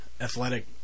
athletic